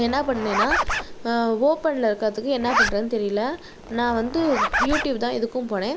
என்ன பண்ணேன்னால் ஓபன்னில் இருக்கிறதுக்கு என்ன பண்ணுறதுன்னு தெரியல நான் வந்து யூடியூப் தான் இதுக்கும் போனேன்